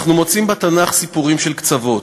אנחנו מוצאים בתנ"ך סיפורים של קצוות: